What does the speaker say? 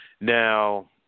Now